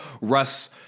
Russ